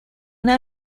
una